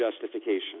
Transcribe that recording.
justification